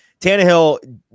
Tannehill